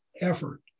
effort